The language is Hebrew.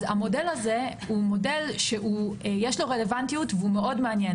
אז למודל הזה יש רלוונטיות והוא מאוד מעניין.